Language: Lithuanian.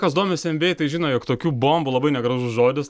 kas domisi en bi ei tai žino jog tokių bombų labai negražus žodis